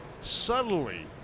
subtly